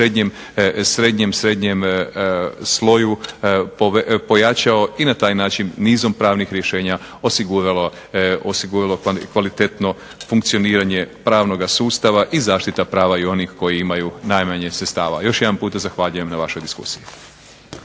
srednjem sloju, pojačao i na taj način nizom pravnih rješenja osiguralo kvalitetno funkcioniranje pravnoga sustava i zaštita prava i onih koji imaju najmanje sredstava. Još jedanputa zahvaljujem na vašoj diskusiji.